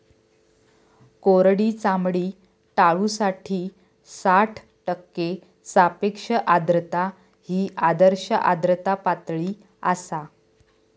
कोरडी चामडी टाळूसाठी साठ टक्के सापेक्ष आर्द्रता ही आदर्श आर्द्रता पातळी आसा